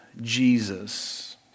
Jesus